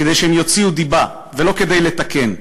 זה כדי שהם יוציאו דיבה, ולא כדי לתקן.